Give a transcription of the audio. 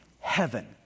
Heaven